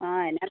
ആ എന്നാ